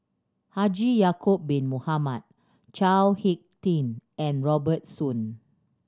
Haji Ya'acob Bin Mohamed Chao Hick Tin and Robert Soon